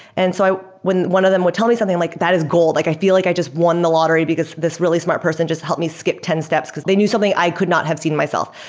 and so when one of them would tell me something, like that is gold. like i feel like i just won the lottery because this really smart person just helped me skip ten steps because they knew something i could not have seen myself.